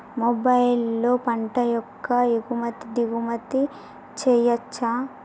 మొబైల్లో పంట యొక్క ఎగుమతి దిగుమతి చెయ్యచ్చా?